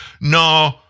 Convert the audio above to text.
no